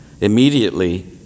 immediately